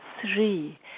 three